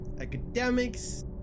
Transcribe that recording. academics